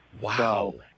Wow